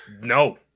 No